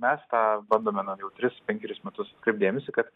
mes tą bandome na jau tris penkerius metus atkreipt dėmesį kad